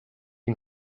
une